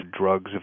drugs